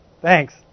Thanks